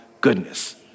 goodness